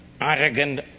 Arrogant